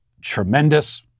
tremendous